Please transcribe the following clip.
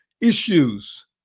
issues